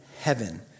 heaven